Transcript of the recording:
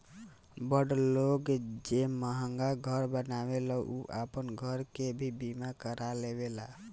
बड़ लोग जे महंगा घर बनावेला उ आपन घर के भी बीमा करवा लेवेला